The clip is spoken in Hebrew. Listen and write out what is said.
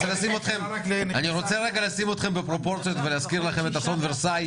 אני רוצה לשים אתכם בפרופורציות ולהזכיר לכם את אסון ורסאי,